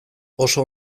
oso